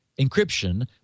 encryption